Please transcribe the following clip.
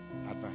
advice